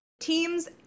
teams